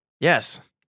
Yes